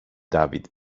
david